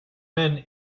men